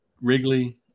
Wrigley